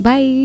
Bye